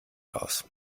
aus